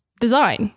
design